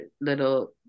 little